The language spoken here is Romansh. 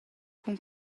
cun